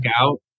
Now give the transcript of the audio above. out